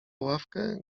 ławkę